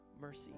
mercy